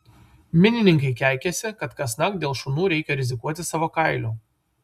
minininkai keikiasi kad kasnakt dėl šunų reikia rizikuoti savo kailiu